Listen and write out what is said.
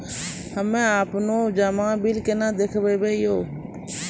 हम्मे आपनौ जमा बिल केना देखबैओ?